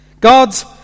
God's